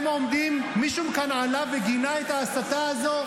מישהו מכאן עמד וגינה את ההסתה הזאת?